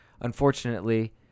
Unfortunately